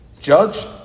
judged